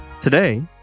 today